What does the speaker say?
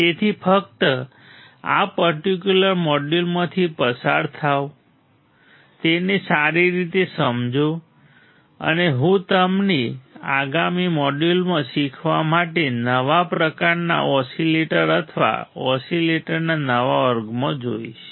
તેથી ફક્ત આ પર્ટિક્યુલર મોડ્યુલમાંથી પસાર થાઓ તેને સારી રીતે સમજો અને હું તમને આગામી મોડ્યુલમાં શીખવા માટે નવા પ્રકારના ઓસીલેટર અથવા ઓસીલેટરના નવા વર્ગમાં જોઈશ